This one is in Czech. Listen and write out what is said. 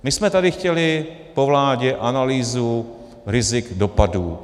My jsme tady chtěli po vládě analýzu rizik dopadů.